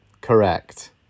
Correct